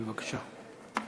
בבקשה.